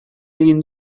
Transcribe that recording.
egin